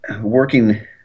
working